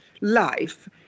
life